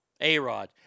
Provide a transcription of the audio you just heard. A-Rod